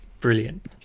brilliant